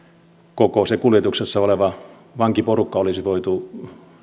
koko se kuljetuksessa oleva vankiporukka olisi voitu